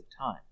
time